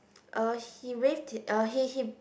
uh he waved uh he he